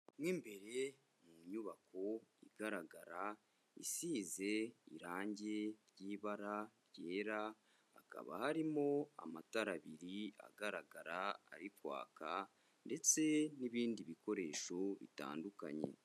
Mo imbere mu nyubako igaragara, isize irangi ry'ibara ryera, hakaba harimo amatara abiri, agaragara, ari kwaka ndetse n'ibindi bikoresho bitandukanye.